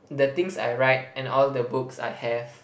the things I write and all the books I have